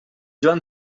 joan